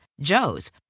Joe's